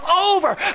over